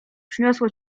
przyniosło